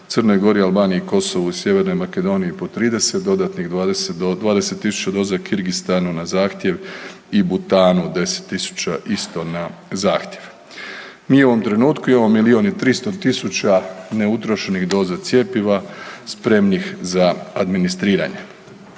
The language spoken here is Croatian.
Crnoj Gori, Albaniji i Kosovu i Sjevernoj Makedoniji po 30, dodatnih 20.000 doza Kirgistanu na zahtjev i Butanu 10.000 isto na zahtjev. Mi u ovom trenutku imamo milijun i 300 tisuća neutrošenih doza cjepiva spremnih za administriranje.